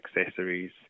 accessories